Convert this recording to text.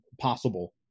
possible